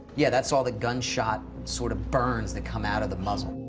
yeah, that's all the gunshot sort of burns that come out of the muzzle.